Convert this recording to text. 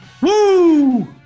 Woo